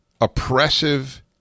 oppressive